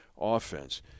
offense